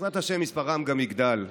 בעזרת השם מספרם גם יגדל.